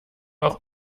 auch